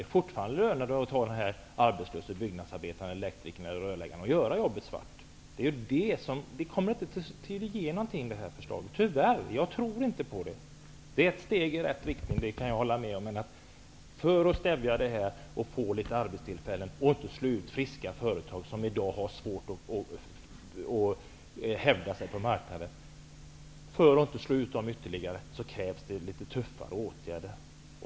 Det är fortfarande mera lönande att anlita den arbetslöse byggnadsarbetaren, elektrikern eller rörläggaren för att göra jobbet svart. Det här förslaget kommer tyvärr inte att ge något. Jag tror inte på det. Jag kan hålla med om att det är ett steg i rätt riktning. För att stävja svartjobben, skapa arbetstillfällen och för att undvika att friska företag som i dag har svårt att hävda sig på arbetsmarknaden slås ut, krävs lite tuffare åtgärder.